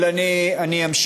אבל אני אמשיך.